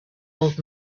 old